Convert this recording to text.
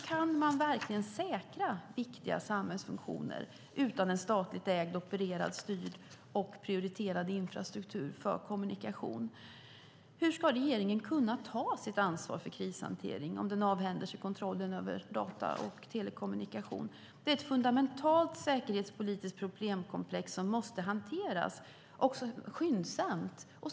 Kan man verkligen säkra viktiga samhällsfunktioner utan en statligt ägd, opererad, styrd och prioriterad infrastruktur för kommunikation? Hur ska regeringen kunna ta sitt ansvar för krishantering om man avhänder sig kontrollen över data och telekommunikation? Det är ett fundamentalt säkerhetspolitiskt problemkomplex som måste hanteras skyndsamt.